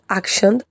action